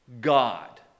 God